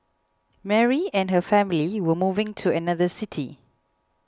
Mary and her family were moving to another city